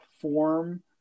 form